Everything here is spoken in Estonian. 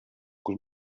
kus